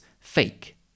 fake